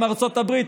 עם ארצות הברית,